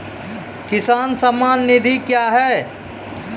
किसान सम्मान निधि क्या हैं?